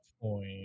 point